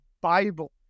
Bible